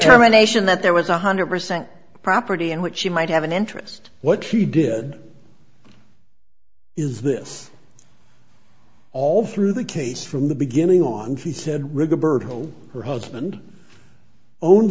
terminations that there was one hundred percent property and what she might have an interest what he did is this all through the case from the beginning on he said rigoberto her husband own